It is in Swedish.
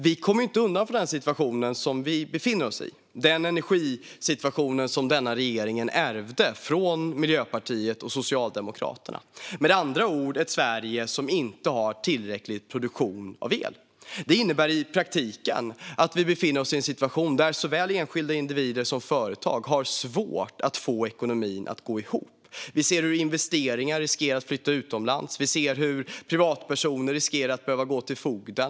Vi kommer inte undan från den situation som vi befinner oss i, alltså från den energisituation som denna regering ärvde från Miljöpartiet och Socialdemokraterna. Det är ett Sverige som inte har tillräcklig produktion av el. Detta innebär i praktiken att vi befinner oss i en situation där såväl enskilda individer som företag har svårt att få ekonomin att gå ihop. Vi ser en risk för att investeringar flyttar utomlands. Vi ser hur privatpersoner riskerar att behöva gå till fogden.